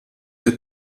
der